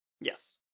Yes